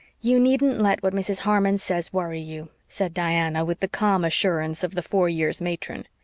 you needn't let what mrs. harmon says worry you, said diana, with the calm assurance of the four-years matron.